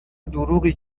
دروغی